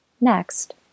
Next